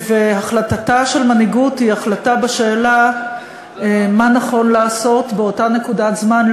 החלטתה של מנהיגות היא החלטה בשאלה מה נכון לעשות באותה נקודת זמן,